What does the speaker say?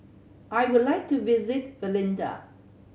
I would like to visit Valletta